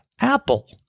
Apple